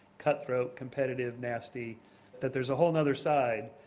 cut-throat, competitive, nasty that there's a whole and other side.